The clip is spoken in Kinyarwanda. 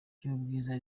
ry’ubwiza